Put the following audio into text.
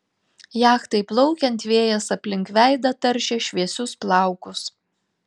jachtai plaukiant vėjas aplink veidą taršė šviesius plaukus